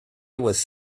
was